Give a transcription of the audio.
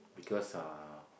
because uh